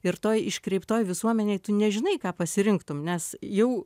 ir toj iškreiptoj visuomenėj tu nežinai ką pasirinktum nes jau